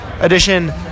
edition